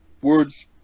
words